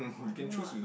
oh I don't know [what]